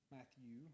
Matthew